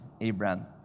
Abraham